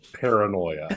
paranoia